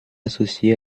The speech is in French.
associée